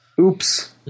Oops